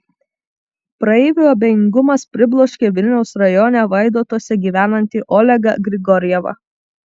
praeivių abejingumas pribloškė vilniaus rajone vaidotuose gyvenantį olegą grigorjevą